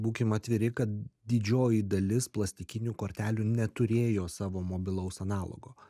būkim atviri kad didžioji dalis plastikinių kortelių neturėjo savo mobilaus analogo